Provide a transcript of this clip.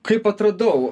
kaip atradau